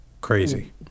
Crazy